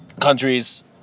Countries